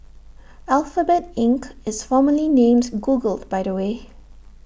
Alphabet Inc is formerly named Google by the way